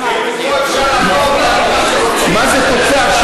מה זה תוצר?